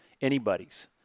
anybody's